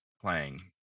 playing